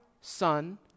Son